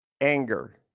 anger